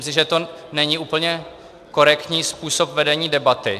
Myslím, že to není úplně korektní způsob vedení debaty.